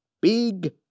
Big